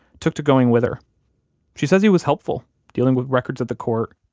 took to going with her she says he was helpful, dealing with records of the court.